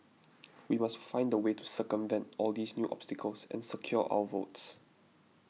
we must find a way to circumvent all these new obstacles and secure our votes